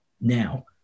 now